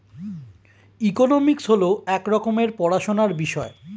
economics হল এক রকমের পড়াশোনার বিষয়